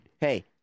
hey